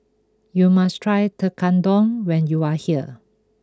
you must try Tekkadon when you are here